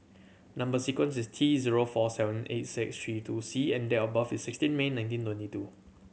number sequence is T zero four seven eight six three two C and date of birth is sixteen May nineteen twenty two